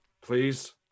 please